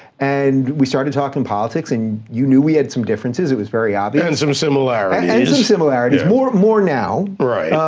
and we started talking politics and you knew we had some differences, it was very obvious. and some similarities. and some similarities, more more now. right.